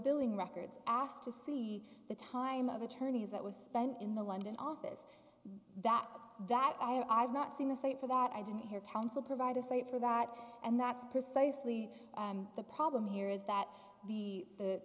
billing records asked to see the time of attorneys that was spent in the london office that di i've not seen a cite for that i didn't hear counsel provide a cite for that and that's precisely the problem here is that the the